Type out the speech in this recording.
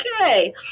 Okay